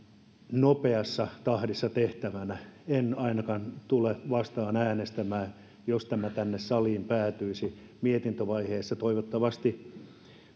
nopeassa tahdissa tehtävänä en ainakaan tule vastaan äänestämään jos tämä tänne saliin päätyisi mietintövaiheessa toivottavasti